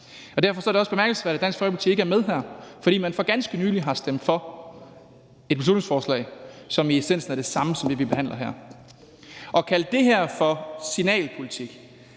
Derfor er det også bemærkelsesværdigt, at Dansk Folkeparti ikke er med her, fordi man for ganske nylig har stemt for et beslutningsforslag, som i essensen er det samme som det, vi behandler her. At kalde det her for signalpolitik